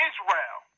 Israel